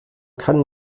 kann